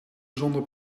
zonder